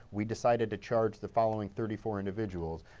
we decided to charge the following thirty four individuals,